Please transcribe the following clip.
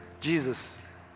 Jesus